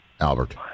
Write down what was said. Albert